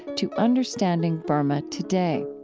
to understanding burma today